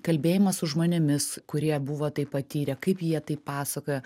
kalbėjimas su žmonėmis kurie buvo tai patyrę kaip jie tai pasakoja